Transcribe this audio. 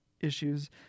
issues